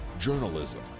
Journalism